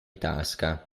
tasca